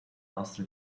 nostra